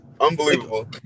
unbelievable